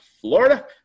Florida